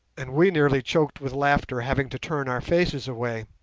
and we nearly choked with laughter, having to turn our faces away.